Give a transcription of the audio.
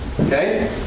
Okay